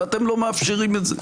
ואתם לא מאפשרים את זה.